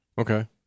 Okay